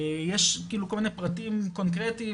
יש כל מיני פרטים קונקרטיים,